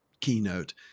keynote